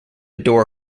door